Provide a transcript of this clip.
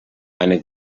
eine